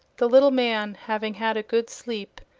the little man, having had a good sleep,